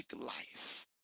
life